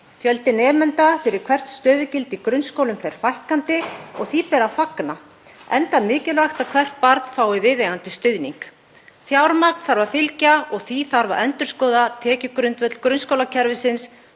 fjölda nemenda fyrir hvert stöðugildi í grunnskólum og því ber að fagna enda mikilvægt að hvert barn fái viðeigandi stuðning. Fjármagn þarf að fylgja og því þarf að endurskoða tekjugrundvöll grunnskólakerfisins